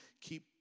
keep